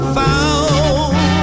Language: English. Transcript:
found